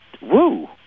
woo